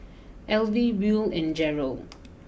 Elvie Buell and Jerold